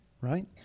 right